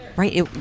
right